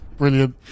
brilliant